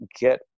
get